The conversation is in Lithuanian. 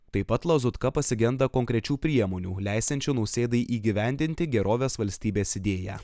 taip pat lazutka pasigenda konkrečių priemonių leisiančių nausėdai įgyvendinti gerovės valstybės idėją